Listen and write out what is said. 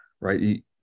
right